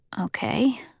Okay